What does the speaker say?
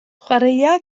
chwaraea